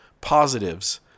positives